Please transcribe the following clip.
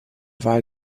wahl